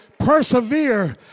persevere